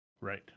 Right